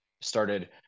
started